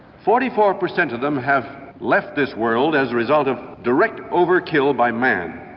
forty four percent of them have left this world as a result of direct overkill by man